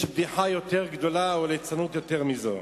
יש בדיחה יותר גדולה או ליצנות יותר מזאת?